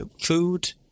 food